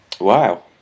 Wow